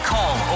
Call